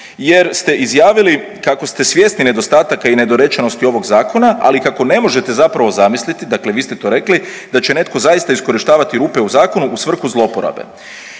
jer ste izjavili kako ste svjesni nedostataka i nedorečenosti ovog zakona, ali kako ne možete zapravo zamisliti, dakle vi ste to rekli, da će netko zaista iskorištavati rupe u zakonu u svrhu zlouporabe,